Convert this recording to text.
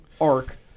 arc